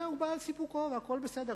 והוא בא על סיפוקו, והכול בסדר.